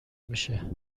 میشه